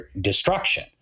destruction